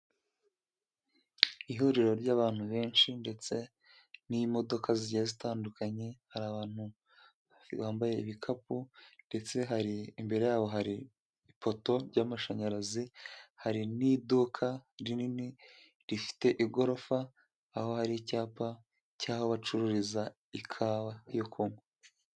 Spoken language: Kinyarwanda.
Ihuriro ry'abantu benshi ndetse n'imodoka zigiye zitandukanye, hari abantu bambaye ibikapu, ndetse hari imbere yabo hari ipoto ry'amashanyarazi, hari n'iduka rinini rifite igorofa, aho hari icyapa cy'aho bacururiza ikawa yo kunywa.